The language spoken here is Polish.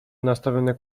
nastawione